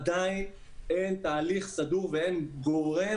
ועדיין אין תהליך סדור ואין גורם